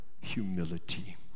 humility